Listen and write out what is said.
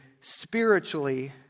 spiritually